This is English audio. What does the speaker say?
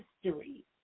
history